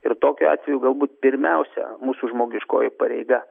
ir tokiu atveju galbūt pirmiausia mūsų žmogiškoji pareiga